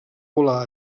volar